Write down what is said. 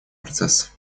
процесс